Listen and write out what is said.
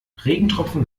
regentropfen